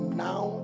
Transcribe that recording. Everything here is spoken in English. now